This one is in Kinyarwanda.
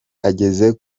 ageze